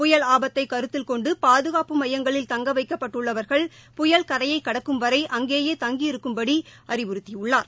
புயல் ஆபத்தை கருத்தில் கொண்டு பாதுகாப்பு மையங்களில் தங்க வைக்கப்பட்டுள்ளவா்கள் புயல் கரையை கடக்கும்வரை அங்கேயே தங்கியிருக்கும்படி அவர் அறிவுறுத்தியுள்ளார்